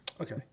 Okay